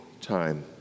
time